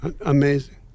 Amazing